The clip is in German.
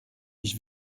ich